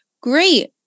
great